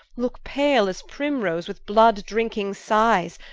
looke pale as prim-rose with blood-drinking sighes,